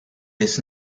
this